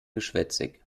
geschwätzig